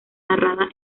narrada